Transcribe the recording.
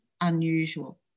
unusual